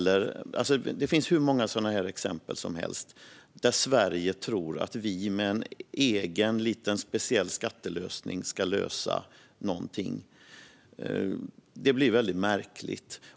Det finns hur många exempel som helst på att vi i Sverige tror att vi med en egen liten skattelösning ska åtgärda ett problem. Det blir väldigt märkligt.